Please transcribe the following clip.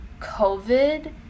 COVID